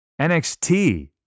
NXT